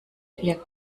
ihr